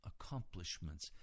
accomplishments